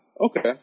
Okay